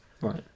Right